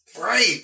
Right